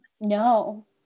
no